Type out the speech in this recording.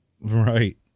Right